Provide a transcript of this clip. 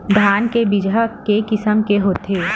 धान के बीजा ह के किसम के होथे?